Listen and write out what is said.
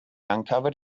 uncovered